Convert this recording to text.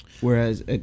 whereas